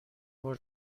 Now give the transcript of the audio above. بار